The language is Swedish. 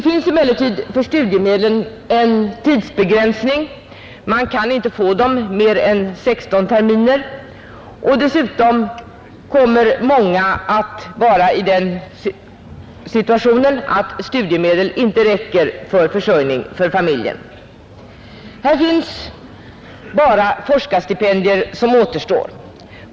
För dessa finns en tidsbegränsning — man kan inte få studiemedel mer än 16 terminer. Dessutom kommer många att vara i den situationen att studiemedel inte räcker till försörjning av familjen. Då återstår bara forskarstipendier.